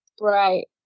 Right